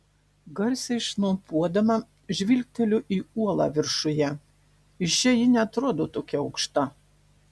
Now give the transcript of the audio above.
garsiai šnopuodama žvilgteliu į uolą viršuje iš čia ji neatrodo tokia aukšta